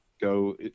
go